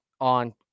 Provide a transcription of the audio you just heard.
on